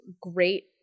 great